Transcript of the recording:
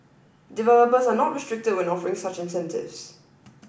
developers are not restricted when offering such incentives